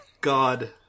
God